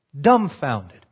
dumbfounded